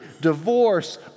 divorce